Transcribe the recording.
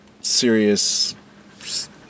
serious